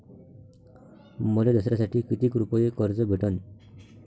मले दसऱ्यासाठी कितीक रुपये कर्ज भेटन?